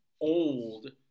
old